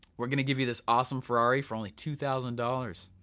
we're going to give you this awesome ferrari for only two thousand dollars,